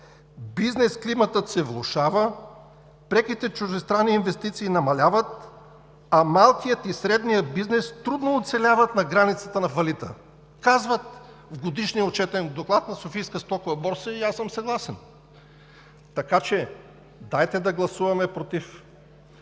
Бизнес климатът се влошава, преките чуждестранни инвестиции намаляват, а малкият и средният бизнес трудно оцеляват на границата на фалита.“, казват в Годишния отчетен доклад на Софийската стокова борса и аз съм съгласен. Така че дайте да гласуваме „против“